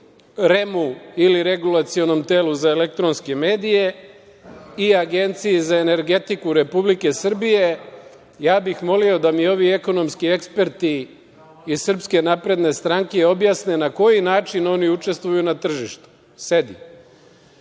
REM-u ili regulacionom telu za elektronske medije i Agenciji za energetiku Republike Srbije. Ja bih molio da mi ovi ekonomski eksperti iz SNS objasne na koji način oni učestvuju na tržištu.